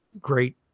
great